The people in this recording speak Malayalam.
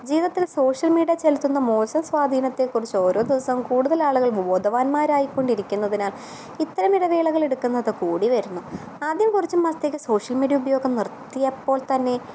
ജീവിതത്തിൽ സോഷ്യൽ മീഡ്യ ചെലുത്തുന്ന മോശം സ്വാധീനത്തെക്കുറിച്ച് ഓരോ ദിവസവും കൂടുതലാളുകൾ ബോധവാന്മാരായിക്കൊണ്ടിരിക്കുന്നതിനാൽ ഇത്തരം ഇടവേളകൾ എടുക്കുന്നത് കൂടിവരുന്നു ആദ്യം കുറച്ച് മാസത്തേക്ക് സോഷ്യൽ മീഡ്യ ഉപയോഗം നിർത്തിയപ്പോൾത്തന്നെ